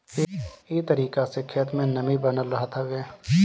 इ तरीका से खेत में नमी बनल रहत हवे